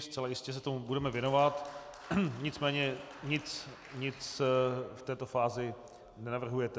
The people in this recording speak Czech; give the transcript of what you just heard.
Zcela jistě se tomu budeme věnovat, nicméně nic v této fázi nenavrhujete.